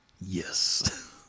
yes